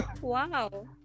wow